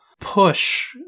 push